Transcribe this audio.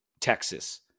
Texas